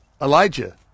Elijah